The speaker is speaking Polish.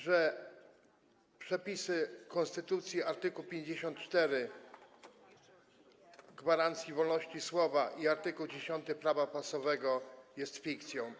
Że przepisy konstytucji, art. 54, gwarancja wolności słowa, i art. 10 Prawa prasowego są fikcją.